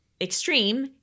extreme